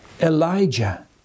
Elijah